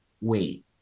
wait